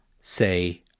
say